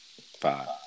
five